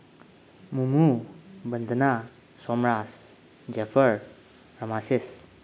ꯃꯨꯃꯨ ꯕꯟꯗꯅꯥ ꯁꯣꯝ ꯔꯥꯖ ꯖꯦꯐꯔ ꯔꯥꯃꯥꯁꯤꯁ